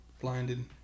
blinded